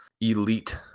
elite